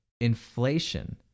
inflation